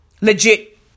Legit